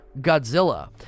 Godzilla